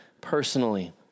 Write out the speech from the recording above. personally